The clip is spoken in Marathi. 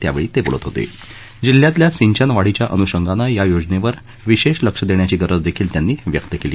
त्यावछी तखीलत होत जिल्ह्यातील सिंचन वाढीच्या अनुषंगानं या योजनछ्रे विशृष्ठलक्ष दख्याची गरज दखील त्यांनी व्यक्त क्ली